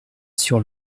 sur